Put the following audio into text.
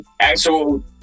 actual